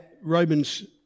Romans